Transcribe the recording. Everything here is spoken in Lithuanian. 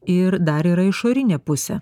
ir dar yra išorinė pusė